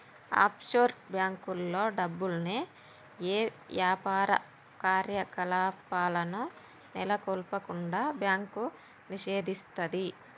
offshore బ్యేంకుల్లో డబ్బుల్ని యే యాపార కార్యకలాపాలను నెలకొల్పకుండా బ్యాంకు నిషేధిస్తది